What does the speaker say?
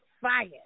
fire